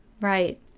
right